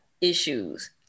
issues